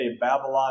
Babylon